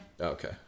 Okay